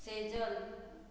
Sejal